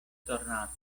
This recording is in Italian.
tornato